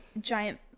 giant